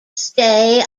stay